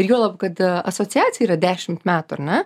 ir juolab kad a asociacijai yra dešimt metų ar ne